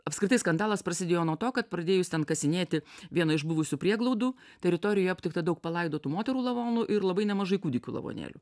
apskritai skandalas prasidėjo nuo to kad pradėjus ten kasinėti vieną iš buvusių prieglaudų teritorijoje aptikta daug palaidotų moterų lavonų ir labai nemažai kūdikių lavonėlių